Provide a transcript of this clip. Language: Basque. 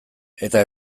eta